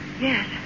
Yes